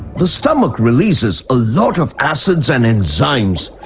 the stomach releases a lot of acids and enzymes.